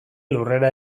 lurrera